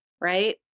Right